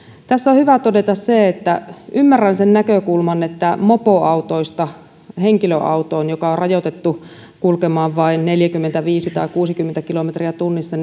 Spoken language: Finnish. tässä on hyvä todeta se että ymmärrän sen näkökulman että siirtymistä mopoautoista henkilöautoon joka on rajoitettu kulkemaan vain neljäkymmentäviisi tai kuusikymmentä kilometriä tunnissa